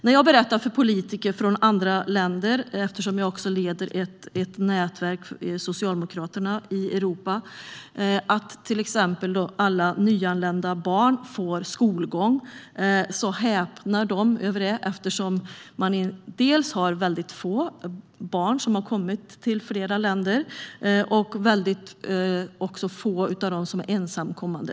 När jag berättar för politiker från andra länder - jag leder ett nätverk för Socialdemokraterna i Europa - att alla nyanlända barn får skolgång häpnar de. Dels är det få barn som har kommit till många av länderna, dels är få av dem som har kommit ensamkommande.